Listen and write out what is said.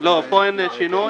לא, בו אין שינוי.